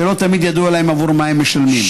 ולא תמיד ידוע להם עבור מה הם משלמים.